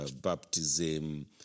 baptism